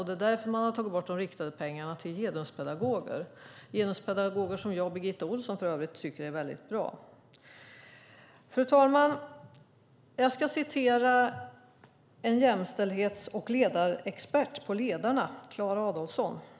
Det är därför man har tagit bort de riktade pengarna till genuspedagoger - genuspedagoger som jag och Birgitta Ohlsson för övrigt tycker är väldigt bra. Fru talman! Jag ska citera en jämställdhets och ledarexpert på Ledarna, Klara Adolphson.